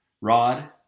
rod